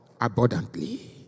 abundantly